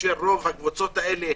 כאשר רובן בחברה הערבית?